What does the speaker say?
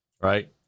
right